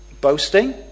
boasting